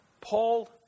Paul